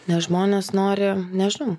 nes žmonės nori nežinau